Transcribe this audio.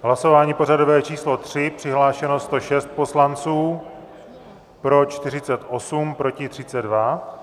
Hlasování pořadové číslo 3, přihlášeno 106 poslanců, pro 48, proti 32.